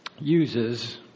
uses